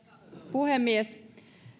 puhemies